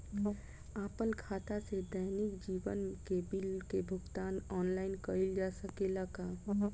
आपन खाता से दैनिक जीवन के बिल के भुगतान आनलाइन कइल जा सकेला का?